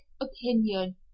opinion